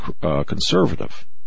conservative